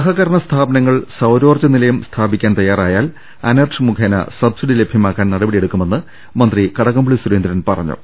സഹകരണ സ്ഥാപനങ്ങൾ സൌരോർജ്ജ നിലയം സ്ഥാപിക്കാൻ തയ്യാറായാൽ അനർട്ട് മുഖേന സബ്ബ്സിഡി ലഭ്യമാക്കാൻ നടപടിയെടു ക്കുമെന്ന് മന്ത്രി കടകംപള്ളി സുരേന്ദ്രൻ പറഞ്ഞു